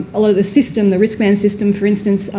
a lot of the system the risk man system, for instance,